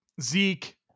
Zeke